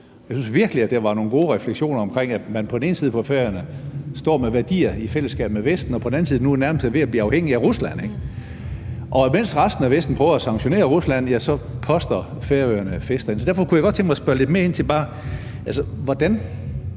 Jeg synes virkelig, der var nogle gode refleksioner omkring, at man på den ene side på Færøerne står med værdier i fællesskab med Vesten, og at man på den anden side nu nærmest er ved at blive afhængig af Rusland. Mens resten af Vesten prøver at sanktionere Rusland, ja, så poster Færøerne fisk derhen. Derfor kunne jeg godt tænke mig bare at spørge lidt mere ind til, hvordan